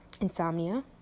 insomnia